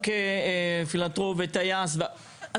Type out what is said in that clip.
משרדים מסוימים כמו משרד האוצר ולבנות קריטריונים נורא